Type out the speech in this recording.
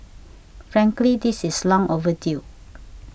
frankly this is long overdue